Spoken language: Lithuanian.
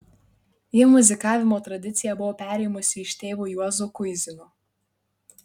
ji muzikavimo tradiciją buvo perėmusi iš tėvo juozo kuizino